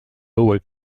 lower